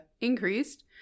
increased